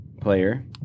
player